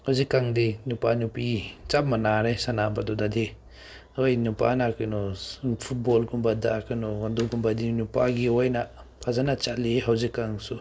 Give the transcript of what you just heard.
ꯍꯧꯖꯤꯛ ꯀꯥꯟꯗꯤ ꯅꯨꯄꯥ ꯅꯨꯄꯤ ꯆꯞ ꯃꯥꯟꯅꯔꯦ ꯁꯥꯟꯅꯕꯗꯨꯗꯗꯤ ꯍꯣꯏ ꯅꯨꯄꯥꯅ ꯀꯩꯅꯣ ꯐꯨꯠꯕꯣꯜꯒꯨꯝꯕꯗ ꯀꯩꯅꯣ ꯑꯗꯨꯒꯨꯝꯕꯗꯤ ꯅꯨꯄꯥꯒꯤ ꯑꯣꯏꯅ ꯐꯖꯅ ꯆꯠꯂꯤ ꯍꯧꯖꯤꯛ ꯀꯥꯟꯁꯨ